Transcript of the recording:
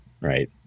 Right